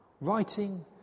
writing